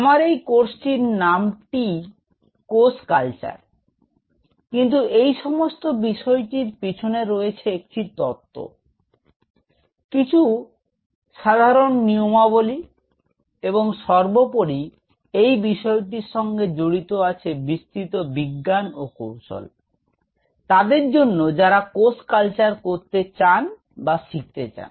আমার এই কোর্সটির নামটিই কোষ কালচার কিন্তু এই সমস্ত বিষয়টির পিছনে রয়েছে একটি তত্ব কিছু সাধারণ নিয়মাবলী এবং সর্বোপরি এই বিষয়টির সঙ্গে জড়িত আছে বিস্তৃত বিজ্ঞান ও কৌশল তাদের জন্য যারা কোষ কালচার করতে চান বা শিখতে চান